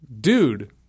dude